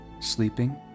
Sleeping